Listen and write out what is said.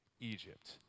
Egypt